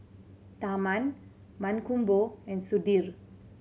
Tharman Mankombu and Sudhir